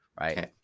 right